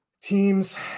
teams